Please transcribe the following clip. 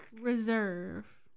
Reserve